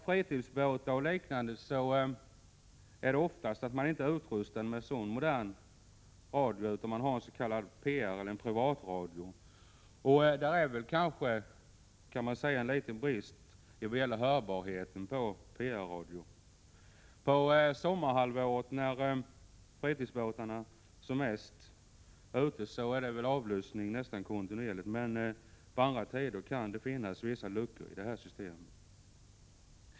Fritidsbåtar o. d. är oftast inte utrustade med så här modern radio, utan har en s.k. pr-radio — en privatradio. Det är väl en liten brist då det gäller hörbarheten på pr-radio. Under sommarhalvåret, när fritidsbåtarna mest är ute, har man väl avlyssning nästan kontinuerligt, men under andra tider kan det finnas vissa luckor i systemet.